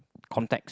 contacts